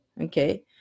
okay